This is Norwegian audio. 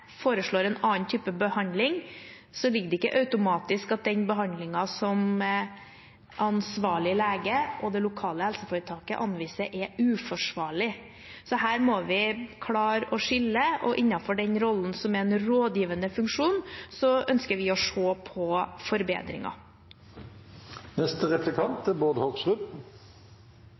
den behandlingen som ansvarlig lege og det lokale helseforetaket anviser, er uforsvarlig. Her må vi klare å skille, og innenfor den rollen som er en rådgivende funksjon, ønsker vi å se på forbedringer. Det interessante er